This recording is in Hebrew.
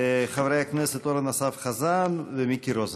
חברי הכנסת אורן אסף חזן ומיקי רוזנטל.